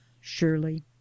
surely